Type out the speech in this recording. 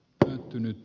pölyttynyt